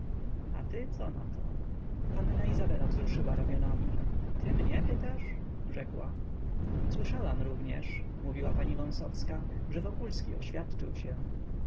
a ty co nato panna izabela wzruszyła ramionami ty mnie pytasz rzekła słyszałam również mówiła pani wąsowska że wokulski oświadczył się